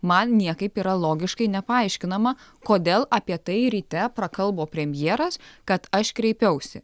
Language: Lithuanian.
man niekaip yra logiškai nepaaiškinama kodėl apie tai ryte prakalbo premjeras kad aš kreipiausi